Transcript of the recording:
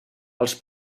els